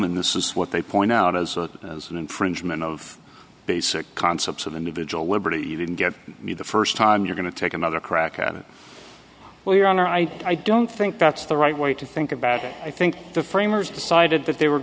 and this is what they point out as a as an infringement of basic concepts of individual liberty you didn't get me the first time you're going to take another crack at it well your honor i i don't think that's the right way to think about it i think the framers decided that they were